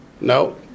No